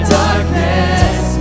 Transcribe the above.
darkness